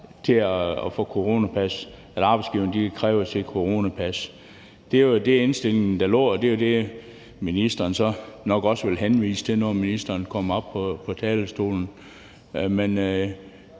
en ret for arbejdsgiverne til at kræve at se coronapas. Det var den indstilling, der lå, og det var det, ministeren så nok også vil henvise til, når ministeren kommer op på talerstolen.